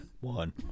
one